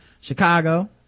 Chicago